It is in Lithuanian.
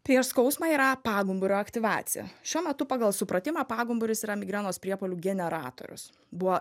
prieš skausmą yra pagumburio aktyvacija šiuo metu pagal supratimą pagumburis yra migrenos priepuolių generatorius buvo